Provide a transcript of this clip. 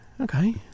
Okay